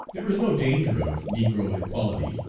there is no danger of negro equality,